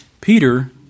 Peter